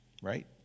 right